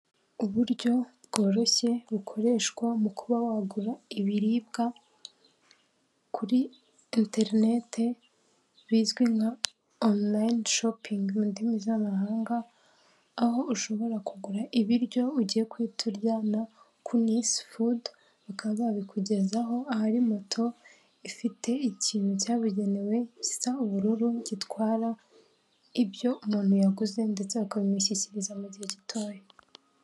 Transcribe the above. Uburyo bworoshye bukoreshwa mu kuba wagura ibiribwa kuri interinete bizwi nka onorayine shopingi mu ndimi z'amahanga, aho ushobora kugura ibiryo ugiye guhita urya na kunisi fudu, bakaba babikugezaho ahari moto ifite ikintu cyabugenewe gisa ubururu gitwara ibyo umuntu yaguze ndetse bakabimushyikiriza mu gihe gitoya.